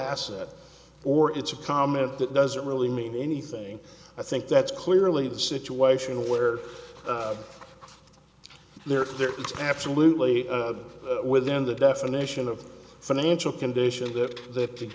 asset or it's a comment that doesn't really mean anything i think that's clearly the situation where there are there is absolutely within the definition of financial condition that th